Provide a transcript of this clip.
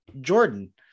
jordan